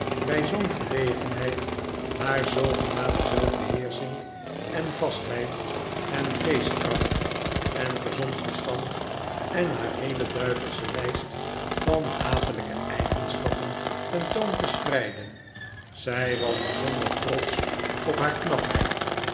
bij zoo'n gelegenheid haar zoogenaamde zelfbeheersching en vastheid en geestkracht en gezond verstand en haar heele duivelsche lijst van hatelijke eigenschappen ten toon te spreiden zij was bijzonder trotsch op haar knapheid